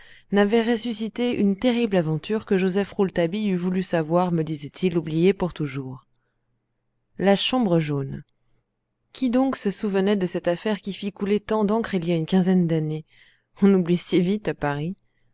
n'avait ressuscité une terrible aventure que joseph rouletabille eût voulu savoir me disait-il oubliée pour toujours la chambre jaune qui donc se souvenait de cette affaire qui fit couler tant d'encre il y a une quinzaine d'années on oublie si vite à paris